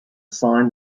sign